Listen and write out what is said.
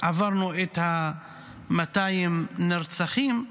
עברנו את 200 הנרצחים.